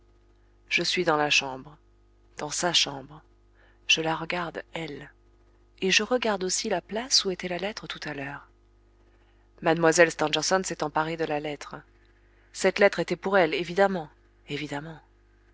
je suis dans la chambre dans sa chambre je la regarde elle et je regarde aussi la place où était la lettre tout à l'heure mlle stangerson s'est emparée de la lettre cette lettre était pour elle évidemment